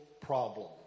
problem